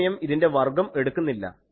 ഈ സമയം ഇതിൻറെ വർഗ്ഗം എടുക്കുന്നില്ല